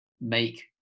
make